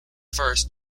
first